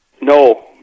no